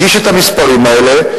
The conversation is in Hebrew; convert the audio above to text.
הגיש את המספרים האלה,